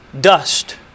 dust